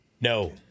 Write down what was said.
No